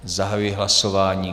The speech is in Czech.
Zahajuji hlasování.